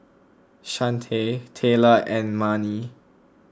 Chante Taylor and Marni